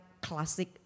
Classic